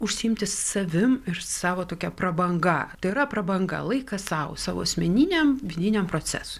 užsiimti savim ir savo tokia prabanga tai yra prabanga laikas sau savo asmeniniam vidiniam procesui